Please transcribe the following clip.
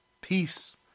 Peace